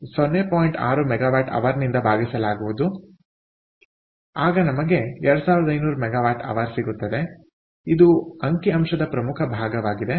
6 MWHನಿಂದ ಭಾಗಿಸಲಾಗುವುದು ಆಗ ನಮಗೆ 2500MWH ಸಿಗುತ್ತದೆ ಇದು ಅಂಕಿಅಂಶದ ಪ್ರಮುಖ ಭಾಗವಾಗಿದೆ